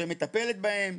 שמטפלת בהם.